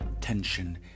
tension